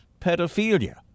pedophilia